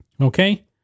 Okay